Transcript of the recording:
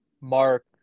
Mark